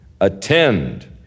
attend